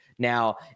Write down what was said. Now